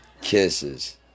kisses